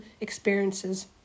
experiences